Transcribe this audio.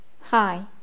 Hi